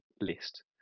list